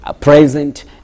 present